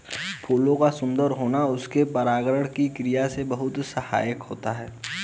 फूलों का सुंदर होना उनके परागण की क्रिया में बहुत सहायक होता है